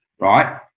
right